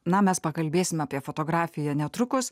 na mes pakalbėsim apie fotografiją netrukus